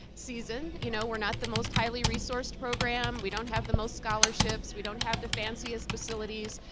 season. you know we are not the most highly resourced program. we don't have the most scholarships we don't have the fanciest facilities.